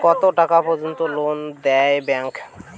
কত টাকা পর্যন্ত লোন দেয় ব্যাংক?